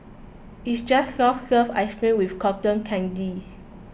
it's just soft serve ice cream with cotton candy